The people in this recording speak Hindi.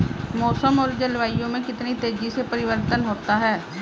मौसम और जलवायु में कितनी तेजी से परिवर्तन होता है?